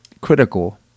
critical